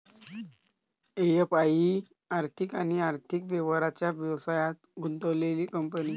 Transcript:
FI ही आर्थिक आणि आर्थिक व्यवहारांच्या व्यवसायात गुंतलेली कंपनी आहे